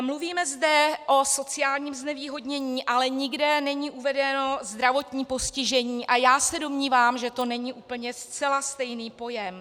Mluvíme zde o sociálním znevýhodnění, ale nikde není uvedeno zdravotní postižení a já se domnívám, že to není úplně zcela stejný pojem.